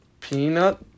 Peanut